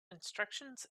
instructions